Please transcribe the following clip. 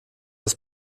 das